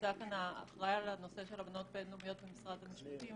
נמצא כאן האחראי על הנושא של אמנות בינלאומיות ממשרד המשפטים,